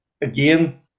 again